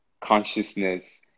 consciousness